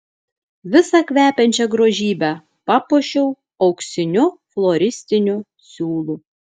visą kvepiančią grožybę papuošiau auksiniu floristiniu siūlu